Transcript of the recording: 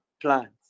plants